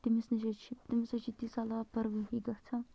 تٔمِس نِش حظ چھِ تٔمِس حظ چھِ تیٖژاہل لاپَروٲہی گژھان